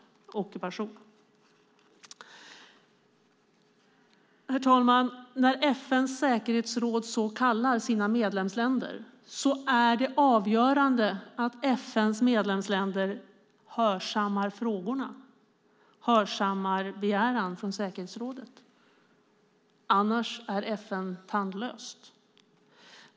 Herr talman! När FN:s säkerhetsråd kallar sina medlemsländer är det avgörande att FN:s medlemsländer hörsammar begäran, annars är FN tandlöst.